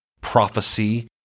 prophecy